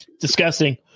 Disgusting